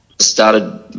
started